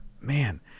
Man